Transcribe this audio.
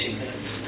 minutes